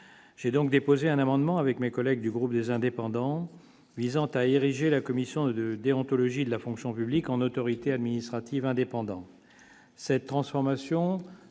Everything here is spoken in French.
j'ai donc déposé un amendement avec mes collègues du groupe des Indépendants visant à ériger la commission de déontologie de la fonction publique en autorité administrative indépendante,